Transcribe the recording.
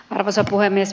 arvoisa puhemies